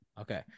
okay